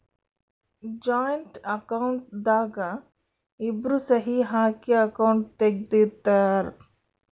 joint account ದಾಗ ಇಬ್ರು ಸಹಿ ಹಾಕಿ ಅಕೌಂಟ್ ತೆಗ್ದಿರ್ತರ್